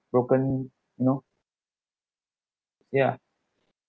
broken you know